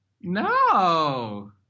No